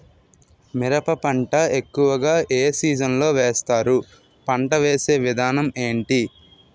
మిరప పంట ఎక్కువుగా ఏ సీజన్ లో వేస్తారు? పంట వేసే విధానం ఎంటి?